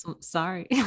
sorry